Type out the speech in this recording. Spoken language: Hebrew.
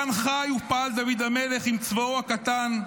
כאן חי ופעל דוד המלך עם צבאו הקטן.